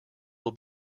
will